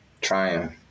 trying